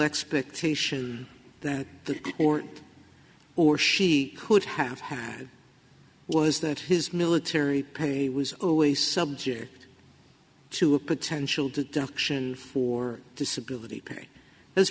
expectation that the or or she could have had was that his military pay was always subject to a potential to action for disability